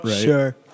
Sure